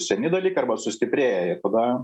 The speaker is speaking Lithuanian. seni dalykai arba sustiprėja ir tada